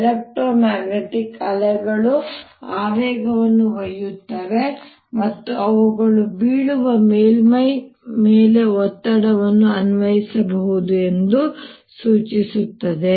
electro magnetic ಅಲೆಗಳು ಆವೇಗವನ್ನು ಒಯ್ಯುತ್ತವೆ ಮತ್ತು ಅವುಗಳು ಬೀಳುವ ಮೇಲ್ಮೈ ಮೇಲೆ ಒತ್ತಡವನ್ನು ಅನ್ವಯಿಸಬಹುದು ಎಂದು ಇದು ಸೂಚಿಸುತ್ತದೆ